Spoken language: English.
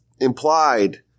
implied